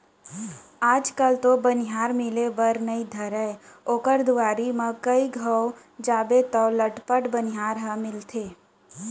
आज कल तो बनिहार मिले बर नइ धरय ओकर दुवारी म कइ घौं जाबे तौ लटपट बनिहार ह मिलथे